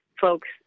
folks